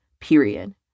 period